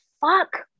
fuck